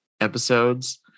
episodes